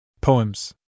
Poems